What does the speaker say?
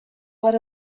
but